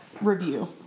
review